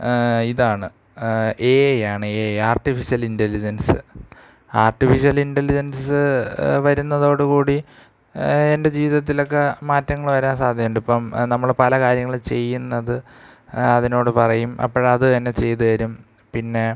ഇതാണ് A I ആണ് artificial intelligence artificial intelligence വരുന്നതോടുകൂടി എൻ്റെ ജീവിതത്തിലൊക്ക മാറ്റങ്ങൾ വരാൻ സാധ്യതയുണ്ട് ഇപ്പം നമ്മൾ പല കാര്യങ്ങൾ ചെയ്യുന്നത് അതിനോട് പറയും അപ്പൊൾ അത് തന്നെ ചെയ്ത് തരും പിന്നെ